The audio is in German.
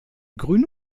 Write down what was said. grüne